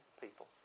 people